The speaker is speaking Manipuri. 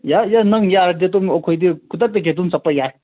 ꯌꯥꯏ ꯌꯥꯏ ꯅꯪ ꯌꯥꯔꯗꯤ ꯑꯗꯨꯝ ꯑꯩꯈꯣꯏꯗꯤ ꯈꯨꯗꯛꯇꯒꯤ ꯑꯗꯨꯝ ꯆꯠꯄ ꯌꯥꯏ